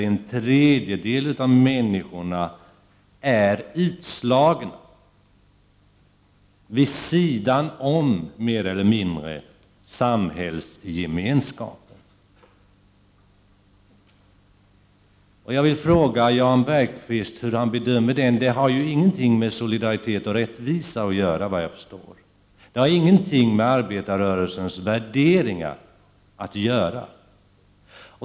En tredjedel av människorna är utslagna och står mer eller mindre vid sidan av samhällsgemenskapen. Vilken bedömning gör Jan Bergqvist av detta? Det har såvitt jag förstår ingenting med solidaritet och rättvisa att göra. Inte heller har det någonting med arbetarrörelsens värderingar att göra.